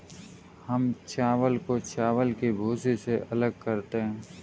हम चावल को चावल की भूसी से अलग करते हैं